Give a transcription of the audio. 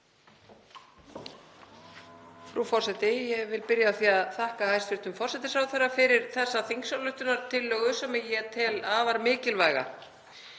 Frú forseti. Ég vil byrja á því að þakka hæstv. forsætisráðherra fyrir þessa þingsályktunartillögu sem ég tel afar mikilvæga.